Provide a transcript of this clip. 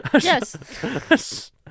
Yes